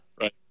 Right